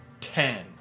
ten